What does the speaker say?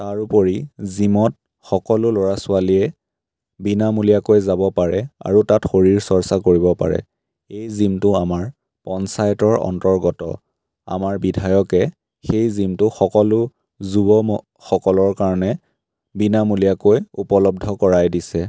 তাৰোপৰি জিমত সকলো ল'ৰা ছোৱালীয়ে বিনামূলীয়াকৈ যাব পাৰে আৰু তাত শৰীৰ চৰ্চা কৰিব পাৰে এই জিমটো আমাৰ পঞ্চায়তৰ অন্তৰ্গত আমাৰ বিধায়কে সেই জিমটো সকলো যুৱসকলৰ কাৰণে বিনামূলীয়াকৈ উপলব্ধ কৰাই দিছে